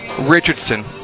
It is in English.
Richardson